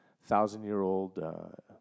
thousand-year-old